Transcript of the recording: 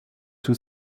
two